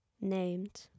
named